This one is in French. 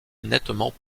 nettement